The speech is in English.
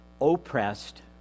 oppressed